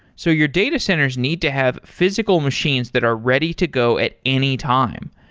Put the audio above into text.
so your data centers need to have physical machines that are ready to go at any time,